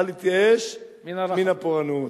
אל יתייאש מן הפורענות.